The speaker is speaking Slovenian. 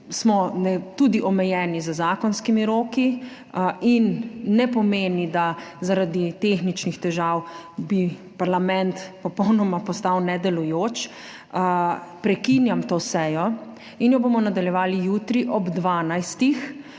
smo tudi omejeni z zakonskimi roki in ne pomeni, da bi zaradi tehničnih težav parlament postal popolnoma nedelujoč, prekinjam to sejo in jo bomo nadaljevali jutri ob